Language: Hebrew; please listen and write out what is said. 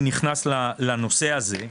נכנס לנושא הזה?